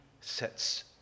sets